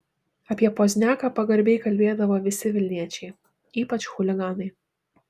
apie pozniaką pagarbiai kalbėdavo visi vilniečiai ypač chuliganai